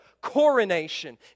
coronation